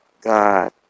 God